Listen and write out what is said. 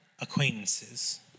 acquaintances